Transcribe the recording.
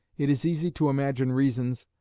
it is easy to imagine reasons,